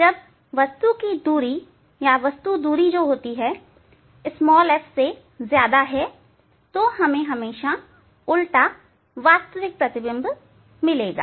अन्यथा जब वस्तु दूरी f से ज्यादा है तब हमेशा हमें उल्टा वास्तविक प्रतिबिंब मिलेगा